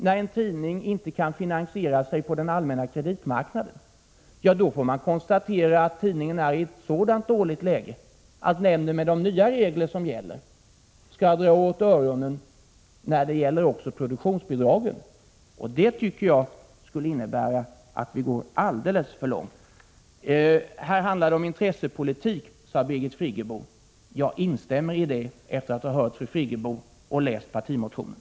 När en tidning inte kan finansieras på den allmänna kreditmarknaden, får man konstatera att tidningen är i ett så dåligt läge att nämnden med de nya regler som gäller bör dra öronen åt sig även när det blir fråga om produktionsbidragen, och det tycker jag skulle innebära att vi går alldeles för långt. Här handlar det om intressepolitik, sade Birgit Friggebo. Jag instämmer i detta uttalande efter att ha hört Birgit Friggebo och läst partimotionen.